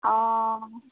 অঁ